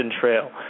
trail